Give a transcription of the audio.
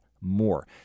more